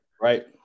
Right